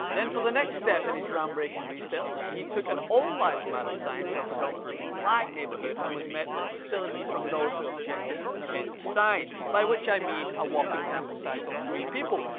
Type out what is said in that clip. then, for the next step in his groundbreaking research, he took an all lives matter sign to a predominantly black neighborhood and was met with hostility from those who objected his sign. by which i mean, a whopping sample size of three people.